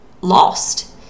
lost